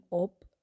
up